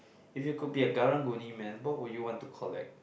if you could be a Karang-Guni man what would you want to collect